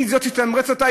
היא זו שהוא יתמרץ אותה?